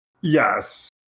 Yes